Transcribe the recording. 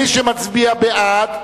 מי שמצביע בעד,